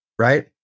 Right